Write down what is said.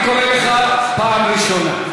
אני קורא אותך לסדר בפעם הראשונה.